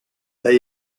they